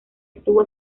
estuvo